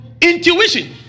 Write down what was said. intuition